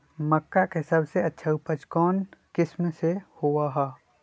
मक्का के सबसे अच्छा उपज कौन किस्म के होअ ह?